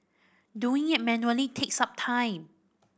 doing it manually takes up time